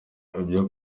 ibyo